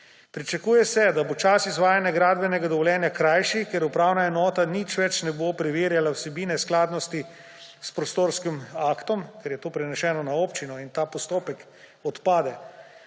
Pričakuje se, da bo čas izvajanja gradbenega dovoljenja krajši, ker upravna enota nič več ne bo preverjala vsebine skladnosti s prostorskim aktom, ker je to preneseno na občino; in ta postopek odpade.